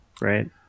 right